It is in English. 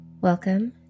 Welcome